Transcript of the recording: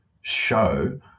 show